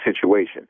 situation